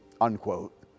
unquote